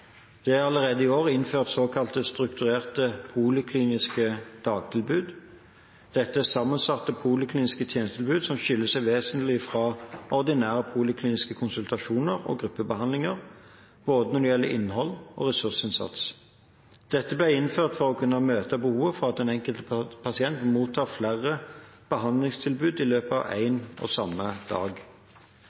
Det er allerede i år innført såkalte strukturerte polikliniske dagtilbud. Dette er sammensatte polikliniske tjenestetilbud som skiller seg vesentlig fra ordinære polikliniske konsultasjoner og gruppebehandlinger – både når det gjelder innhold og ressursinnsats. Dette ble innført for å kunne møte behovet for at den enkelte pasient mottar flere behandlingstilbud i løpet av én og samme dag.